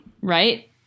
Right